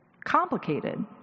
complicated